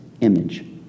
image